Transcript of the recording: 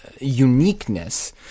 uniqueness